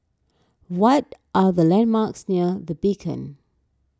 what are the landmarks near the Beacon